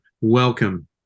welcome